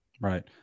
Right